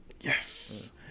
yes